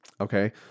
okay